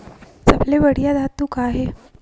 सबले बढ़िया खातु का हे?